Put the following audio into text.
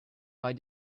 why